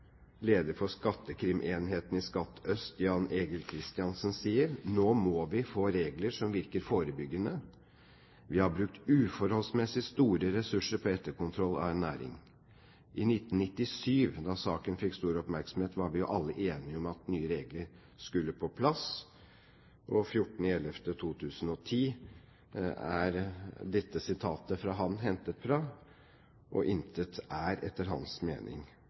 leder for skattekrimenheten i Skatt øst, Jan-Egil Kristiansen, sier: «Nå må vi få regler som virker forebyggende. Vi har brukt uforholdsmessig store ressurser på etterkontroll av en næring. I 1997, da saken fikk stor oppmerksomhet, var vi jo alle enige om at nye regler skulle på plass.» 14. november 2010 er dette sitatet fra ham hentet fra, og intet er etter hans mening